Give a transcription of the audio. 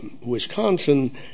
Wisconsin